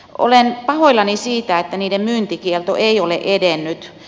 olen pahoillani siitä että niiden myyntikielto ei ole edennyt